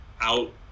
out